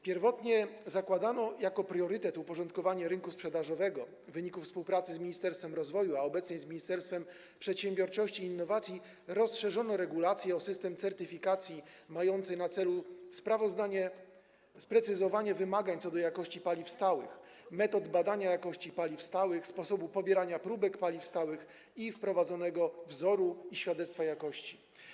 Pierwotnie zakładano jako priorytet uporządkowanie rynku sprzedażowego - w wyniku współpracy z Ministerstwem Rozwoju, a obecnie z Ministerstwem Przedsiębiorczości i Technologii rozszerzono regulacje o system certyfikacji, co ma na celu sprecyzowanie wymagań co do jakości paliw stałych, metod badania jakości paliw stałych, sposobu pobierania próbek paliw stałych i wprowadzonego wzoru i świadectwa jakości.